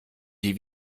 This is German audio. die